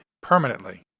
permanently